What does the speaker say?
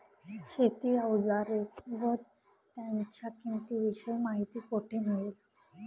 शेती औजारे व त्यांच्या किंमतीविषयी माहिती कोठे मिळेल?